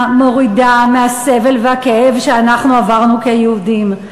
מורידה מהסבל והכאב שאנחנו עברנו כיהודים.